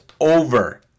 over